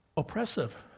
oppressive